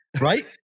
Right